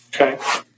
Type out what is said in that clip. Okay